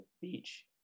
beach